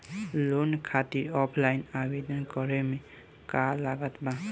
Loan खातिर offline आवेदन करे म का का लागत बा?